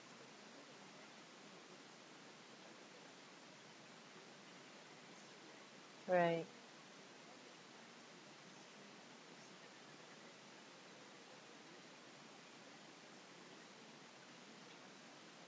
right